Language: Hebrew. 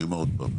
אני אומר עוד פעם,